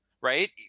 Right